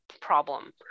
problem